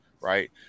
right